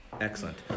Excellent